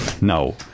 No